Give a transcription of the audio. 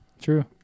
True